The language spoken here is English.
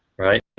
right?